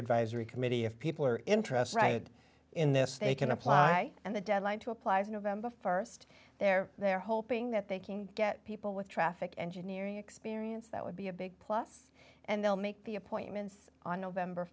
advisory committee if people are interested in this they can apply and the deadline two applies november st there they're hoping that they can get people with traffic engineering experience that would be a big plus and they'll make the appointments on november